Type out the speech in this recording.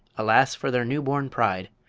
alas for their new-born pride!